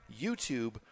YouTube